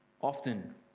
often